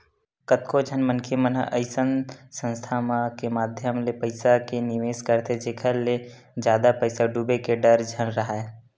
कतको झन मनखे मन अइसन संस्था मन के माधियम ले पइसा के निवेस करथे जेखर ले जादा पइसा डूबे के डर झन राहय